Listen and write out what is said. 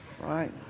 Right